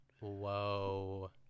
Whoa